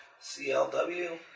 CLW